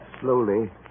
slowly